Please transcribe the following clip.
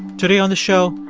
today on the show,